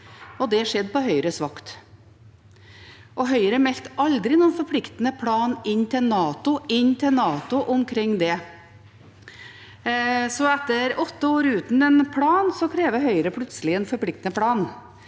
det skjedde på Høyres vakt. Høyre meldte aldri noen forpliktende plan inn til NATO omkring det. Etter åtte år uten en plan krever Høyre plutselig en forpliktende plan.